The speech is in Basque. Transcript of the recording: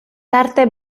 tarte